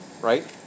Right